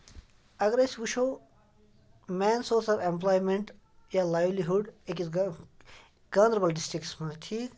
اَگر أسۍ وٕچھو مین سورس آف ایٚمپلایمینٹ یا لایِولی ہُڈ أکِس گاندَربَل ڈِسٹرکَس منٛز ٹھیٖک